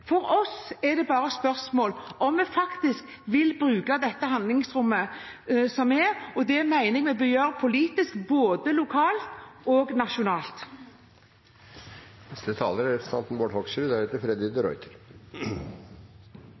For oss er det bare et spørsmål om vi faktisk vil bruke dette handlingsrommet som er, og det mener jeg vi bør gjøre politisk, både nasjonalt og